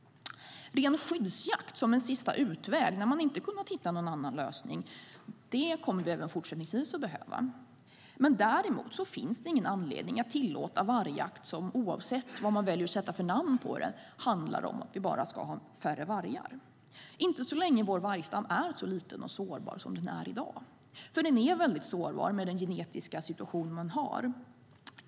Ren skyddsjakt, som en sista utväg när man inte kunnat hitta någon annan lösning, kommer vi även fortsättningsvis att behöva. Däremot finns det ingen anledning att tillåta vargjakt som, oavsett vad man väljer att sätta för namn på den, handlar om att vi bara ska ha färre vargar - inte så länge som vår vargstam är så liten och sårbar som den är i dag, för den är väldigt sårbar med den genetiska situation som är.